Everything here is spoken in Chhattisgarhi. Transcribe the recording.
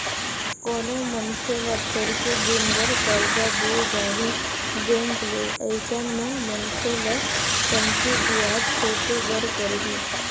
कोनो मनखे ल थोरके दिन बर करजा देय जाही बेंक ले अइसन म मनखे ल कमती बियाज छूटे बर परही